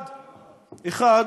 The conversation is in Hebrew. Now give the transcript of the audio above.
האחד,